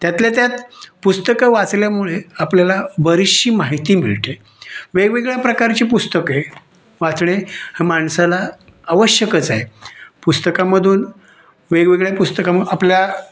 त्यातल्या त्यात पुस्तकं वाचल्यामुळे आपल्याला बरीचशी माहिती मिळते वेगवेगळ्या प्रकारची पुस्तके वाचणे माणसाला आवश्यकच आहे पुस्तकामधून वेगवेगळ्या पुस्तकांवर आपल्या